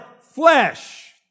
flesh